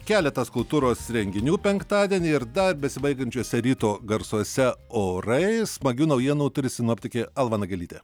keletas kultūros renginių penktadienį ir dar besibaigiančiuose ryto garsuose orai smagių naujienų turi sinoptikė alma nagelytė